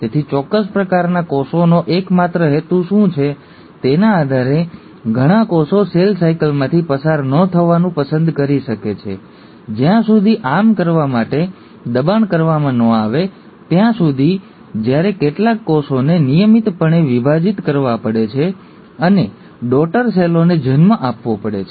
તેથી ચોક્કસ પ્રકારના કોષનો એકમાત્ર હેતુ શું છે તેના આધારે ઘણા કોષો સેલ સાયકલમાંથી પસાર ન થવાનું પસંદ કરી શકે છે જ્યાં સુધી આમ કરવા માટે દબાણ કરવામાં ન આવે ત્યાં સુધી જ્યારે કેટલાક કોષોને નિયમિતપણે વિભાજિત કરવા પડે છે અને ડૉટર સેલોને જન્મ આપવો પડે છે